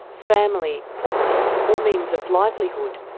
family, property or means of livelihood,